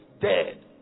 dead